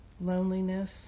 loneliness